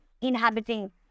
inhabiting